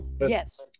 Yes